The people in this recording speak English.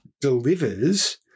delivers